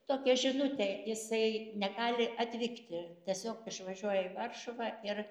tokią žinutę jisai negali atvykti tiesiog išvažiuoja į varšuvą ir